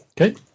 Okay